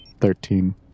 Thirteen